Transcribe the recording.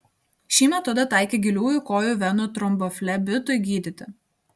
šį metodą taikė giliųjų kojų venų tromboflebitui gydyti